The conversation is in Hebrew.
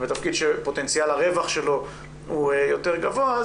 בתפקיד שפוטנציאל הרווח שלו הוא יותר גבוה,